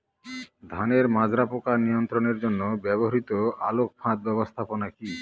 ধানের মাজরা পোকা নিয়ন্ত্রণের জন্য ব্যবহৃত আলোক ফাঁদ ব্যবস্থাপনা কি?